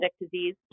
disease